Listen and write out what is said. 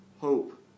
hope